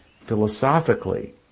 philosophically